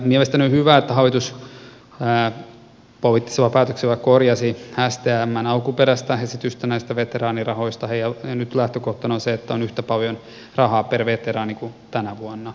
mielestäni on hyvä että hallitus poliittisella päätöksellä korjasi stmn alkuperäistä esitystä näistä veteraanirahoista ja nyt lähtökohtana on se että on yhtä paljon rahaa per veteraani kuin tänä vuonna